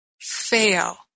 fail